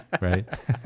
right